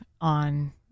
on